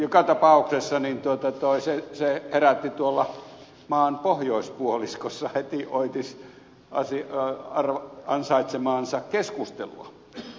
joka tapauksessa se herätti tuolla maan pohjoispuoliskossa heti oitis ansaitsemaansa keskustelua